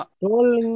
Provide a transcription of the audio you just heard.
troll